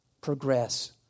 progress